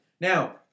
Now